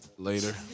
Later